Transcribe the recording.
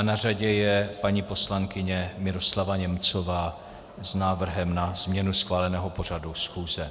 Na řadě je paní poslankyně Miroslava Němcová s návrhem na změnu schváleného pořadu schůze.